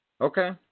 Okay